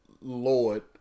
Lord